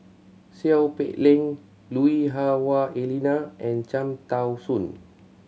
Seow Peck Leng Lui Hah Wah Elena and Cham Tao Soon